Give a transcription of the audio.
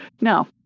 No